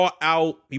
out